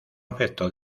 afectó